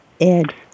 Ed